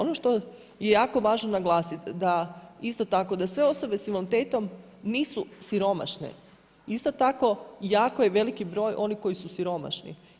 Ono što je jako važno naglasiti isto tako da sve osobe s invaliditetom nisu siromašne, isto tako jako je veliki broj onih koji su siromašni.